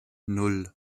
nan